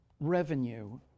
revenue